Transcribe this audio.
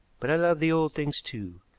but i love the old things too.